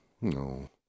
no